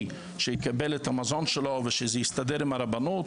שיקבל את המזון שלו ושזה יסתדר עם הרבנות,